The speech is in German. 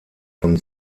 von